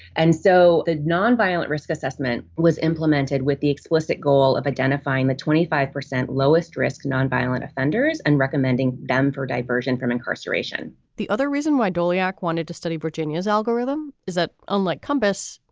and so the nonviolent risk assessment was implemented with the explicit goal of identifying the twenty five percent lowest risk nonviolent offenders and recommending them for diversion from incarceration the other reason why doleac wanted to study virginia's algorithm is that, unlike compass,